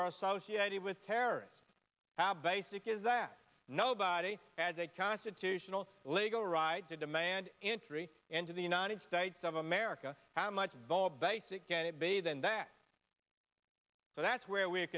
are associated with terrorists have a sick is that nobody has a constitutional legal right to demand entry into the united states of america how much vul basic can it be than that so that's where we